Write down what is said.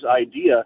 idea